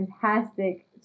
fantastic